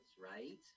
right